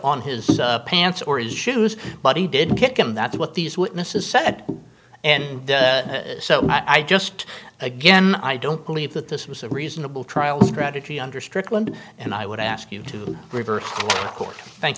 on his pants or is shoes but he didn't kick and that's what these witnesses said and so i just again i don't believe that this was a reasonable trial strategy under strickland and i would ask you to reverse course thank